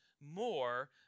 more